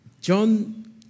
John